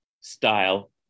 style